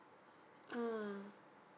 mm